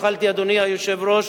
אדוני היושב-ראש.